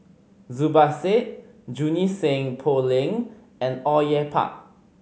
Zubir Said Junie Sng Poh Leng and Au Yue Pak